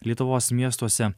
lietuvos miestuose